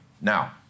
Now